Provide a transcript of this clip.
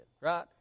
right